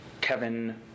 Kevin